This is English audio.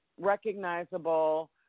recognizable